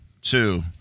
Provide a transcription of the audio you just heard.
two